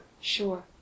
sure